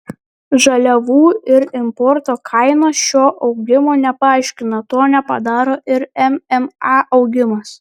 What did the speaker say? žaliavų ir importo kainos šio augimo nepaaiškina to nepadaro ir mma augimas